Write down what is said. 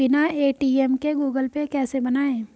बिना ए.टी.एम के Google pay कैसे बनायें?